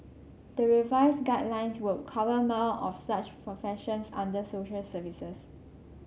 the revised guidelines would cover more of such professions under social services